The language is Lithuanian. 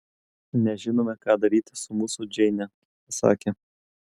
nežinome ką daryti su mūsų džeine pasakė